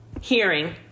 Hearing